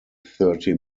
thirty